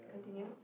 continue